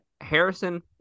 Harrison